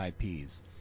IPs